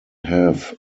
have